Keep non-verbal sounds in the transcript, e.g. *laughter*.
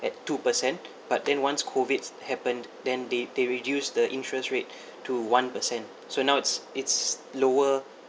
at two per cent but then once COVID happened then they they reduced the interest rate *breath* to one per cent so now it's it's lower